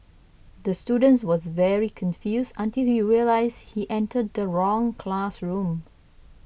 the students was very confused until he realised he entered the wrong classroom